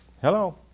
Hello